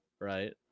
Right